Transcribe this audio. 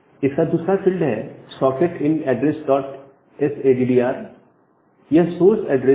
इसका दूसरा फील्ड है socket in address dot s एडीडीआरsin addrs addr यह सोर्स एड्रेस है